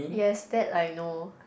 yes that I know